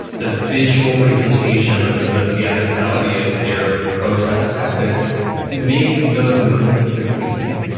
the visual presentation or the sort of theatricality of their protest tactics make those movements succeed.